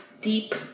deep